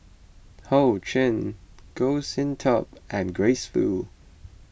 Ho Ching Goh Sin Tub and Grace Fu